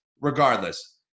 Regardless